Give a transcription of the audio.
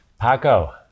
Paco